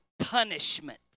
punishment